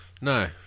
No